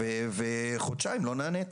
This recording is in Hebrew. ובמשך חודשיים לא נעניתי.